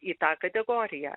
į tą kategoriją